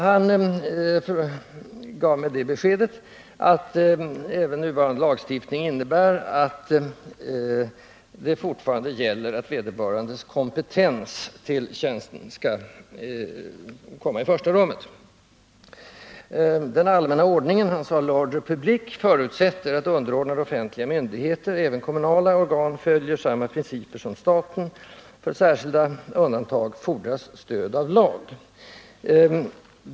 Han gav mig beskedet att det även i nuvarande lagstiftning fortfarande gäller att vederbörandes kompetens för en tjänst skall komma i främsta rummet. Den allmänna ordningen — han använde uttrycket I'ordre public — förutsätter att underordnade offentliga myndigheter, även kommunala organ, följer samma principer som staten. För särskilda undantag fordras stöd av lag.